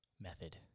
method